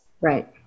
Right